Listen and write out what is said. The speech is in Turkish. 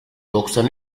doksan